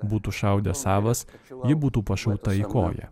būtų šaudęs savas ji būtų pašauta į koją